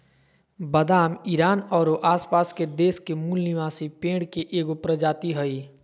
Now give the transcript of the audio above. बादाम ईरान औरो आसपास के देश के मूल निवासी पेड़ के एगो प्रजाति हइ